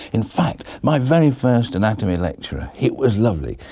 in fact my very first anatomy lecturer, it was lovely,